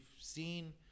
seen